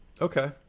Okay